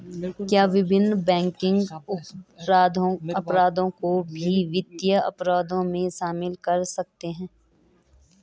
क्या विभिन्न बैंकिंग अपराधों को भी वित्तीय अपराधों में शामिल कर सकते हैं?